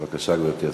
בבקשה, גברתי השרה.